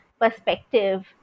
perspective